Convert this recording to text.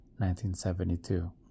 1972